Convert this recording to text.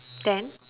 ten